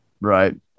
Right